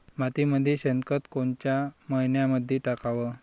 मातीमंदी शेणखत कोनच्या मइन्यामंधी टाकाव?